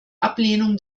ablehnung